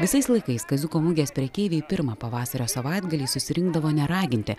visais laikais kaziuko mugės prekeiviai pirmą pavasario savaitgalį susirinkdavo neraginti